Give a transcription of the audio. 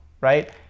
right